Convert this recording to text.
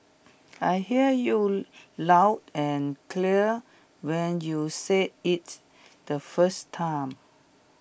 I hear you loud and clear when you said IT the first time